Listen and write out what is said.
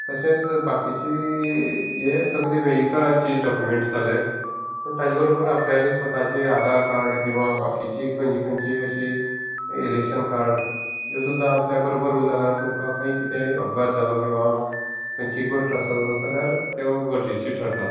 तशेंच बाकीचें हे सगळे वेहिकलाचे डॉक्युमेंट्स जाले पूण ताचे बरोबर आपल्याचें स्वाताचे आधार कार्ड किंवा बाकीची खंयची खंयची अशी इलॅक्शन कार्ड ह्यो सुद्दा आपल्या बरोबर उरलें जाल्यार तुमकां खंय कितेंय अपघात जालो किंवा खंयचीय गोष्ट आसा जाल्यार त्यो गरजेच्यो ठरतात